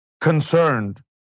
concerned